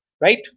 right